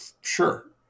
Sure